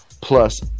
plus